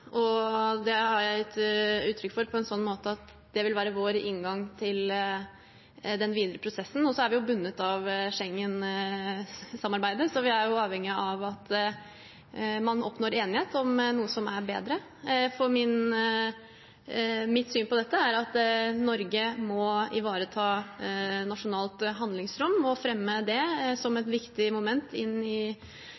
og det har jeg gitt uttrykk for på en sånn måte at det vil være vår inngang til den videre prosessen. Vi er bundet av Schengen-samarbeidet, så vi er jo avhengig av at man oppnår enighet om noe som er bedre. Mitt syn på dette er at Norge må ivareta nasjonalt handlingsrom og fremme det som